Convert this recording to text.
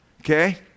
Okay